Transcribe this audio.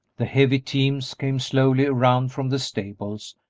the heavy teams came slowly around from the stables,